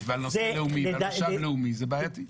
ועל נושא לאומי ומשאב לאומי זה בעייתי.